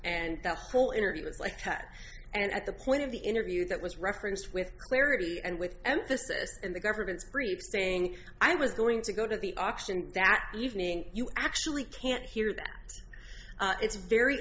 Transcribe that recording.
and the whole interview was like that and at the point of the interview that was referenced with clarity and with emphasis in the government's brief saying i was going to go to the auction that evening you actually can't hear that it's very